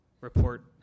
report